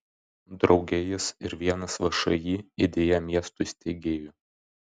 drauge jis ir vienas všį idėja miestui steigėjų